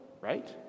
Right